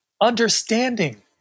understanding